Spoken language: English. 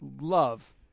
love